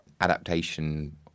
adaptation